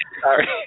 Sorry